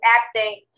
acting